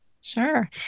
Sure